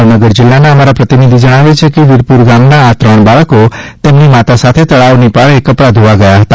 ભાવનગર જિલ્લાના અમારા પ્રતિનિધિ જણાવે છે કે વિરપુર ગામના આ ત્રણ બાળકો તેમની માતા સાથે તળાવની પાળે કપડાં ધોવા ગયા હતા